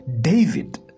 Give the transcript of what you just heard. david